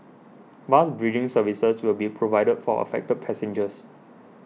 bus bridging services will be provided for affected passengers